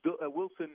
Wilson